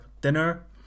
dinner